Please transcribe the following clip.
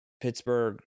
Pittsburgh